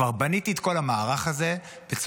כבר בניתי את כל המערך הזה בצורה,